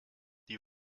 die